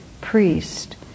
priest